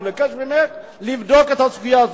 אני מבקש ממך לבדוק את הסוגיה הזאת.